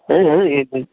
ఏమిటి అండి